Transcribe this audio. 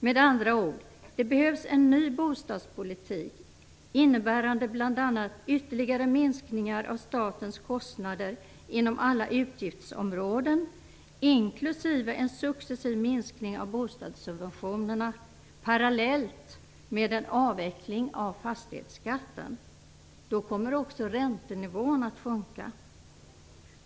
Med andra ord: Det behövs en ny bostadspolitik innebärande bl.a. ytterligare minskningar av statens kostnader inom alla utgiftsområden, inklusive en successiv minskning av bostadssubventionerna, parallellt med en avveckling av fastighetsskatten. Då kommer också räntenivån att sjunka.